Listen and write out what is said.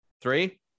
Three